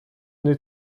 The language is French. n’ai